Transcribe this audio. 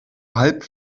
halb